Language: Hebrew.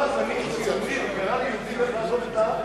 אף מנהיג יהודי ציוני לא אמר ליהודים איך לעזוב את הארץ,